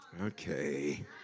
okay